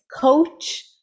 coach